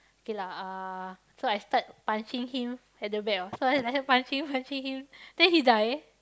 K lah uh so I start punching him at the back ah so I like that punching punching him then he die